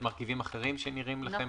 מרכיבים אחרים שנראים לכם לא מתאימים?